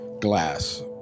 Glass